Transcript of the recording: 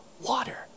water